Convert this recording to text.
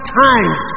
times